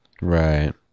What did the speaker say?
Right